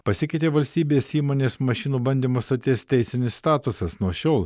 pasikeitė valstybės įmonės mašinų bandymo stoties teisinis statusas nuo šiol